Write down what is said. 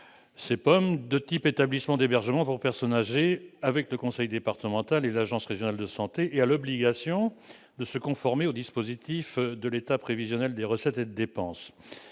de moyens de type EHPAD, établissement d'hébergement pour personnes âgées dépendantes, avec le conseil départemental et l'agence régionale de santé, l'ARS, et à l'obligation de se conformer au dispositif de l'état prévisionnel des recettes et des dépenses,